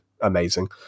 amazing